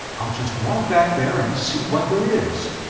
i'll just walk back there and see what there is.